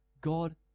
God